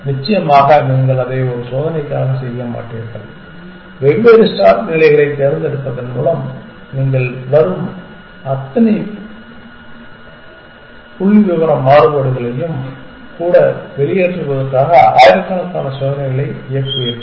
நிச்சயமாக நீங்கள் அதை ஒரு சோதனைக்காக செய்ய மாட்டீர்கள் வெவ்வேறு ஸ்டார்ட் நிலைகளைத் தேர்ந்தெடுப்பதன் மூலம் நீங்கள் வரும் அனைத்து புள்ளிவிவர மாறுபாடுகளையும் கூட வெளியேற்றுவதற்காக ஆயிரக்கணக்கான சோதனைகளை இயக்குவீர்கள்